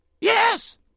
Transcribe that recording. Yes